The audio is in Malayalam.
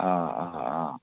ആ ആ ആ